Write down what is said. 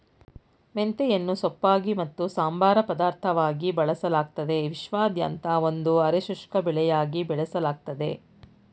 ಮೆಂತೆಯನ್ನು ಸೊಪ್ಪಾಗಿ ಮತ್ತು ಸಂಬಾರ ಪದಾರ್ಥವಾಗಿ ಬಳಸಲಾಗ್ತದೆ ವಿಶ್ವಾದ್ಯಂತ ಒಂದು ಅರೆ ಶುಷ್ಕ ಬೆಳೆಯಾಗಿ ಬೆಳೆಸಲಾಗ್ತದೆ